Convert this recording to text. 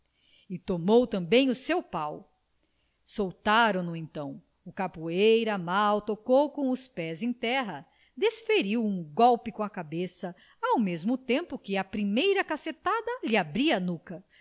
e tomou também o seu pau soltaram no então o capoeira mal tocou com os pés em terra desferiu um golpe com a cabeça ao mesmo tempo que a primeira cacetada lhe abria a nuca